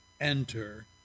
enter